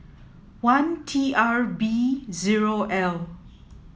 one T R B zero L